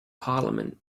parliament